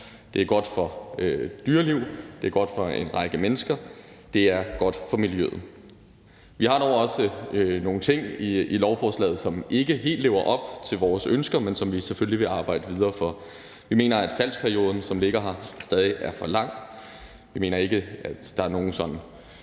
Det er godt for dyreliv, det er godt for en række mennesker, og det er godt for miljøet. Vi har dog også nogle ting i lovforslaget, som ikke helt lever op til vores ønsker, men som vi selvfølgelig vil arbejde videre med. Vi mener, at salgsperioden, som ligger her, stadig er for lang. Vi mener ikke, at der er nogen